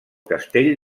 castell